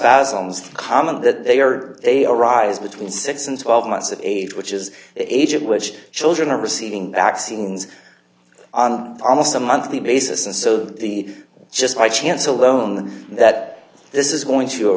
spasms common that they are they arise between six and twelve months of age which is age of which children are receiving vaccines on almost a monthly basis and so the just by chance alone that this is going to